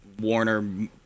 Warner